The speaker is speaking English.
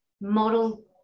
model